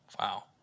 wow